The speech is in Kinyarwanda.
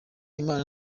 imana